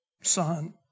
son